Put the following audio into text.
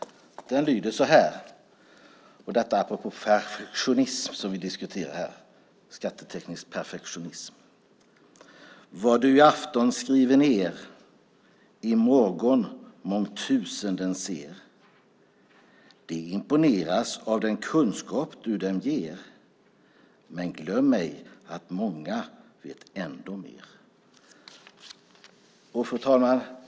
Den lyder så här, apropå detta om perfektionism som vi diskuterar här, skatteteknisk perfektionism: Vad du i afton skriver ner i morgon mångtusenden ser De imponeras av den kunskap du dem ger men glöm ej att många vet ändå mer. Fru talman!